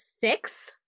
six